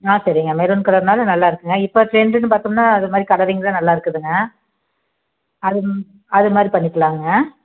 ஆ சரிங்க மெரூன் கலர்னாலும் நல்லாயிருக்கும்ங்க இப்போ ட்ரெண்டுன்னு பார்த்தோம்னா அதுமாதிரி கலரிங் தான் நல்லாயிருக்குதுங்க அது அதுமாதிரி பண்ணிக்கலாங்க